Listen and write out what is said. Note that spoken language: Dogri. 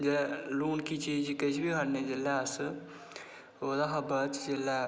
ते लूनकी चीज़ किश बी खन्नै जिसलै अस ओह्दे कशा बाद जेल्लै